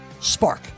spark